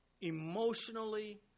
emotionally